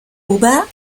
ober